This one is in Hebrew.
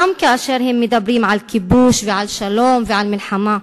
גם כאשר הם מדברים על כיבוש ועל שלום ועל מלחמה.